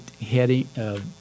heading